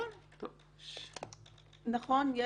נכון,